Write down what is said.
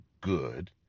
good